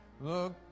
look